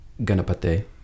Ganapate